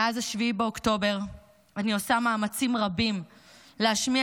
מאז 7 באוקטובר אני עושה מאמצים רבים להשמיע